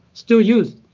still used.